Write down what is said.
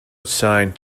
assigned